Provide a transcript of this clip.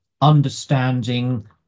understanding